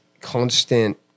constant